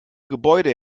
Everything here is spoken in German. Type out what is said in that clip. gebäude